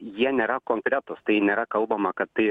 jie nėra konkretūs tai nėra kalbama kad tai